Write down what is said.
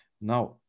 now